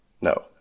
No